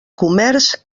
comerç